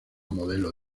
modelo